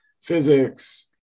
physics